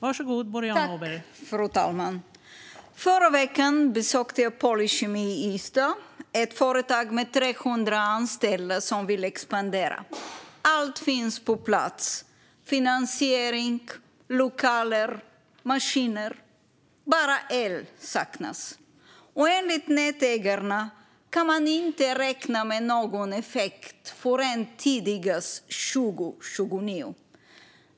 Fru talman! Förra veckan besökte jag Polykemi i Ystad. Det är ett företag med 300 anställda som vill expandera. Allt finns på plats: finansiering, lokaler och maskiner. Bara el saknas. Enligt nätägarna kan man inte räkna med någon effekt förrän tidigast 2029.